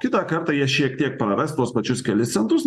kitą kartą jie šiek tiek praras tuos pačius kelis centus